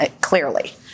clearly